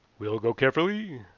we'll go carefully,